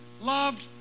loved